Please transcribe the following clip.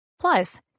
Plus